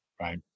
Right